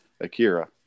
Akira